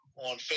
on